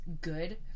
good